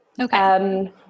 Okay